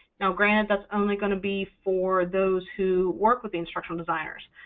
now granted, that's only going to be for those who work with instructional designers.